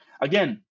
again